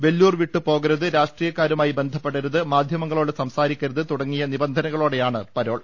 വെല്ലൂർ വിട്ടു പോകരുത് രാഷ്ട്രീയക്കാരുമായി ബന്ധപ്പെടരുത് മാധൃമങ്ങ ളോട് സംസാരിക്കരുത് തുടങ്ങിയ നിബന്ധനകളോടെയാണ് പരോൾ